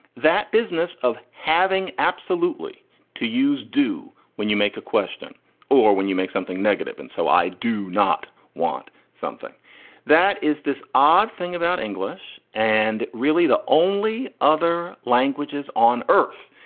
that business of having absolutely to use do when you make a question or when you make something negative. and so i do not want something that is this odd thing about english and really the only other languages on earth,